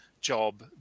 job